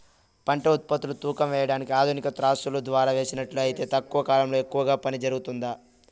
పంట ఉత్పత్తులు తూకం వేయడానికి ఆధునిక త్రాసులో ద్వారా వేసినట్లు అయితే తక్కువ కాలంలో ఎక్కువగా పని జరుగుతుందా?